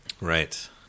Right